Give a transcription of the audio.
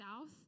south